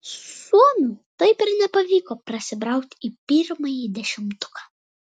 suomiui taip ir nepavyko prasibrauti į pirmąjį dešimtuką